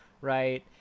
right